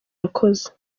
yakoze